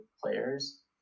players